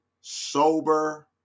sober